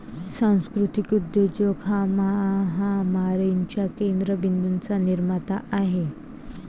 सांस्कृतिक उद्योजक हा महामारीच्या केंद्र बिंदूंचा निर्माता आहे